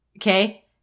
Okay